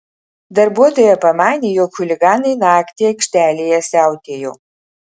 darbuotoja pamanė jog chuliganai naktį aikštelėje siautėjo